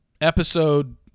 episode